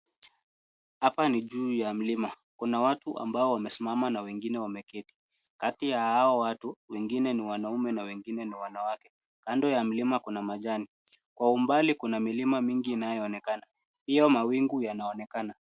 Apa ni juu ya mlima. Kuna watu ambao wamesmama na wengine wameketi. Kati ya ao watu, wengine ni wanaume na wengine ni wanawake. Kando ya mlima kuna majani. Kwa umbali kuna milima mingi inayoonekana. Hiyo mawingu yanaonekana.